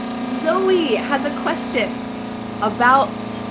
zoe has a question about